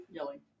Yelling